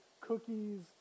cookies